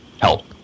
help